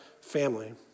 family